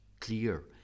clear